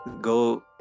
go